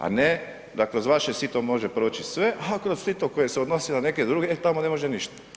A ne da kroz vaše sito može proći sve, a kroz sito koje se odnosi na neke druge, e tamo ne može ništa.